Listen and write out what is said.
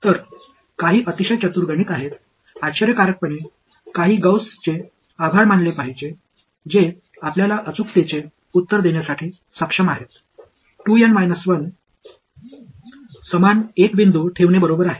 तर काही अतिशय चतुर गणित आहेत आश्चर्यकारकपणे नाही गौसचे आभार मानले पाहिजे जे आपल्याला अचूकतेचे उत्तर देण्यासाठी सक्षम आहेत 2 एन 1 समान एन बिंदू ठेवणे बरोबर आहे